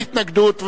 אין התנגדות,